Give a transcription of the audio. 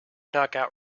knockout